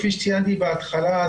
כפי שציינתי בהתחלה,